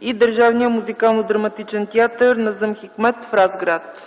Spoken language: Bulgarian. и Държавния музикално-драматичен театър „Назъм Хикмет” – Разград.